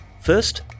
First